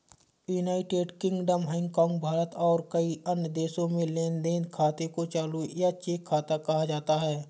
United Kingdom, Hong Kong, Bharat और कई अन्य देशों में लेन देन खाते को चालू या चेक खाता कहा जाता है